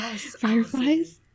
Fireflies